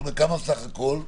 זאת אומרת, כמה בסך הכול השוטף?